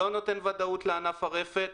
לא נותן ודאות לענף הרפת,